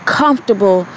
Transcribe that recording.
comfortable